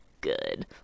good